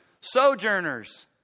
sojourners